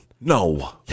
No